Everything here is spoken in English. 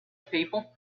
people